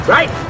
Right